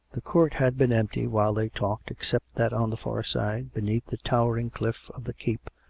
the court had been empty while they talked except that on the far side, beneath the towering cliff of the keep,